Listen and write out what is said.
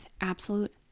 absolute